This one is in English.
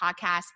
podcast